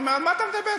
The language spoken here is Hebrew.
הוא אמר: מה אתה מדבר?